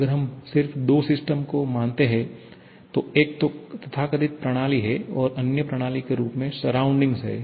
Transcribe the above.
अगर हम सिर्फ दो सिस्टम को मानते हैं तो एक तो तथाकथित प्रणाली है और अन्य प्रणाली के रूप में सराउंडिंग है